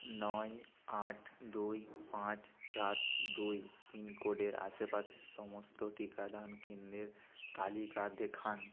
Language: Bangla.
নয় আট দুই পাঁচ সাত দুই পিনকোডের আশেপাশের সমস্ত টিকাদান কেন্দ্রের তালিকা দেখান